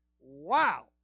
wow